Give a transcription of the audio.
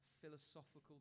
philosophical